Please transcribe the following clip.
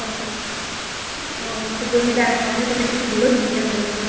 অঁ চব অঁ চবৰে মিলাই এশ এশ তেনেকে তুলিলেও ধুনীয়াকে হৈ যাব